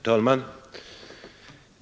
Herr talman!